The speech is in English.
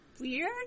weird